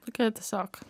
tokia tiesiog